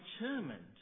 determined